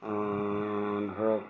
ধৰক